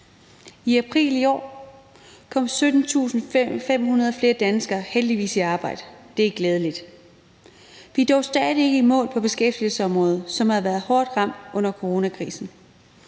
I april i år kom 17.500 flere danskere heldigvis i arbejde, og det er glædeligt. Vi er dog stadig ikke i mål på beskæftigelsesområdet, som har været hårdt ramt under coronakrisen.